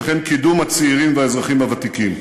וכן לקידום הצעירים והאזרחים הוותיקים.